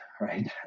Right